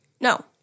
No